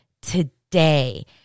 Today